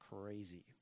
crazy